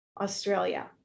Australia